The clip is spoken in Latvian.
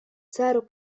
ceru